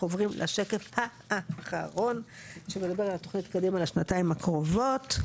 אנחנו עוברים לשקף האחרון שמדבר על תוכנית קדימה לשנתיים הקרובות.